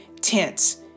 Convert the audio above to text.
tense